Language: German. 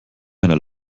einer